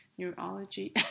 Neurology